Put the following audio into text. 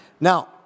now